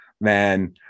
man